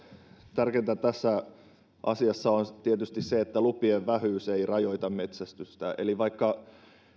tärkeintä tässä asiassa on tietysti se että lupien vähyys ei rajoita metsästystä eli vaikka